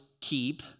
keep